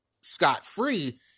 scot-free